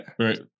Right